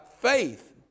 faith